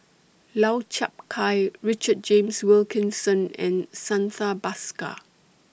Lau Chiap Khai Richard James Wilkinson and Santha Bhaskar